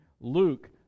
Luke